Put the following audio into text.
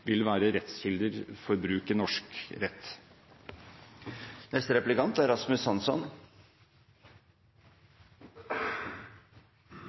vil være rettskilde for bruk i norsk rett. I den løsningen som Stortinget nå er